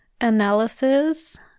analysis